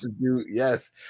Yes